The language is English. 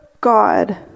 God